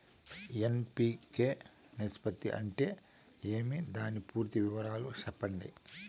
NPK నిష్పత్తి అంటే ఏమి దాని పూర్తి వివరాలు సెప్పండి?